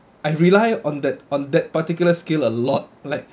I rely on that on that particular skill a lot like